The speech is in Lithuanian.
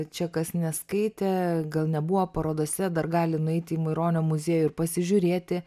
čia kas neskaitė gal nebuvo parodose dar gali nueiti į maironio muziejų ir pasižiūrėti